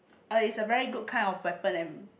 oh is a very good kind of weapon and